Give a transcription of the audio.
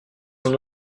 son